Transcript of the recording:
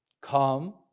come